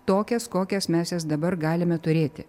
tokias kokias mes jas dabar galime turėti